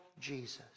Jesus